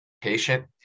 patient